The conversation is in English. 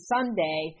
Sunday